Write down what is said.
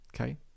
Okay